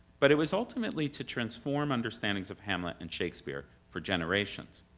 but it was ultimately to transform understandings of hamlet and shakespeare for generations.